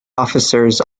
officers